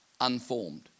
unformed